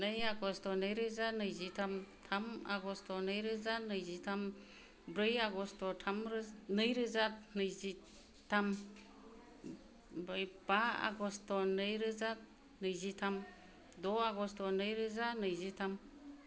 नै आगष्ट नै रोजा नैजिथाम थाम आगष्ट नै रोजा नैजिथाम ब्रै आगष्ट थाम रोजा नै रोजा नैजिथाम ओमफ्राय बा आगष्ट नै रोजा नैजिथाम द' आगष्ट नै रोजा नैजिथाम